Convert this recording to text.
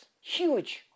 Huge